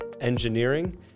Engineering